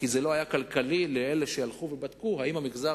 כי זה לא היה כלכלי לאלה שהלכו ובדקו אם המגזר